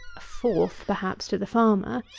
a fourth, perhaps to the farmer,